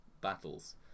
battles